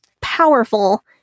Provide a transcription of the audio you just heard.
powerful